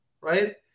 Right